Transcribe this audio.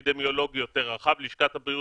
מתוך 15,000 ואף אחד לא יודע אם הם נדבקו